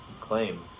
claim